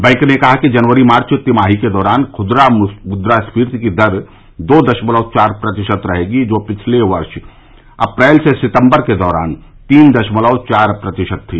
bank ने कहा कि जनवरी मार्च तिमाही के दौरान खुदरा मुद्रास्फीति की दर दो दशमलव चार प्रतिशत रहेगी जो पिछले वर्ष अप्रैल से सितंबर के दौरान तीन दशमलव चार प्रतिशत थी